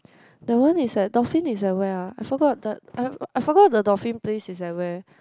that one is at dolphin is at where ah I forgot the I I forgot the dolphin place is at where